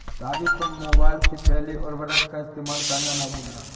राजू तुम मोबाइल से पहले उर्वरक का इस्तेमाल करना ना भूलना